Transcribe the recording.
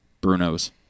Bruno's